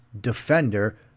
defender